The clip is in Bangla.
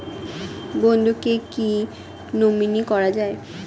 বন্ধুকে কী নমিনি করা যায়?